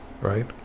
Right